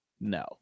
no